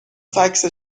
فکس